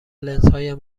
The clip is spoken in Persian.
لنزهایم